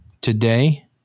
Today